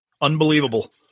Unbelievable